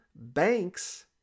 Banks